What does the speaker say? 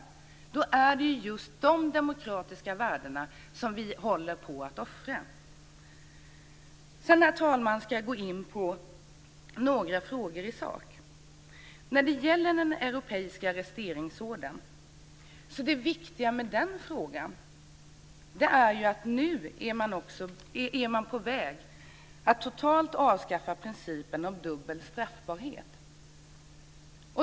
Det är just de demokratiska värdena som vi håller på att offra. Herr talman! Jag ska gå in på några sakfrågor. Det viktigaste med frågan om den europeiska arresteringsordern är att man är på väg att totalt avskaffa principen om dubbel straffbarhet.